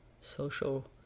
social